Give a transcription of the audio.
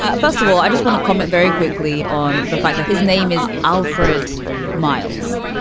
ah first of all, i just want to comment very quickly on the fact that his name is alfred miles.